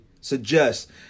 suggest